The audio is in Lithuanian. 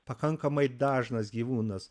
pakankamai dažnas gyvūnas